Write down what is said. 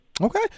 Okay